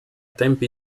tempi